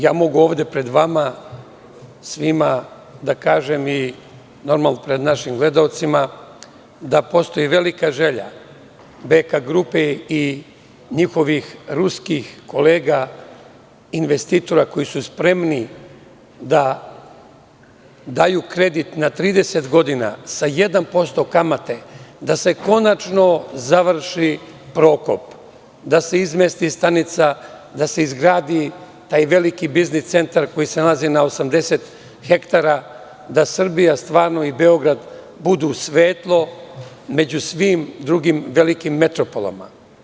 Ja mogu ovde pred vama svima da kažem, normalno i pred našim gledaocima, da postoji velika želja BK grupe i njihovih ruskih kolega investitora koji su spremni da daju kredit na 30 godina sa 1% kamate da se konačno završi „Prokop“, da se izmesti stanica, da se izgradi taj veliki biznis centar koji se nalazi na 80 hektara, da Srbija i Beograd stvarno budu svetlo među svim drugim velikim metropolama.